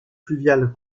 fluviales